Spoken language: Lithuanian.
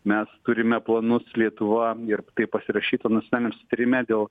mes turime planus lietuva ir taip pasirašytų nacioanliniam susitarime dėl